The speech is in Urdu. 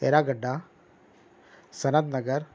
ہیرا گڈھا سند نگر